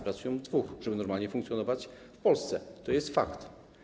Pracują w dwóch, żeby normalnie funkcjonować w Polsce, to jest fakt.